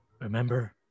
Remember